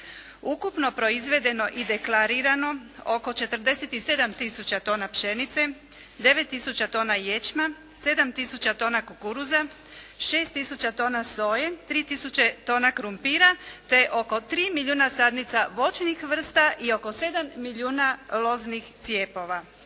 ukupno proizvedeno i deklarirano oko 47 tisuća tona pšenice, 9 tisuća tona ječma, 7 tisuća tona kukuruza, 6 tisuća tona soje, 3 tisuća tona krumpira, te oko 3 milijuna sadnica voćnih vrsta i oko 7 milijuna loznih cijepova.